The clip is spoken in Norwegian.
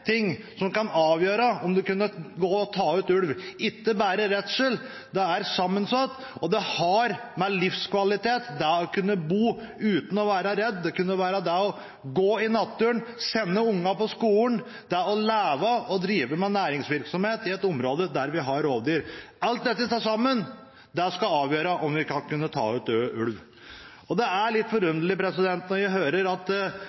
ting som kan avgjøre om en kan ta ut ulv – ikke bare redsel. Det er sammensatt. Det har med livskvalitet å gjøre, det å kunne bo uten å være redd. Det kan være det å gå i naturen, sende ungene på skolen, det å leve av og drive med næringsvirksomhet i et område der vi har rovdyr. Alt dette til sammen skal avgjøre om vi skal kunne ta ut ulv. Det er litt forunderlig når jeg hører at